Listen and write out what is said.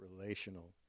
relational